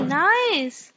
nice